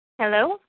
Hello